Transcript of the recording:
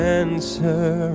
answer